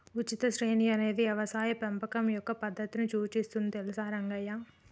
ఉచిత శ్రేణి అనేది యవసాయ పెంపకం యొక్క పద్దతిని సూచిస్తుంది తెలుసా రంగయ్య